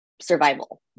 survival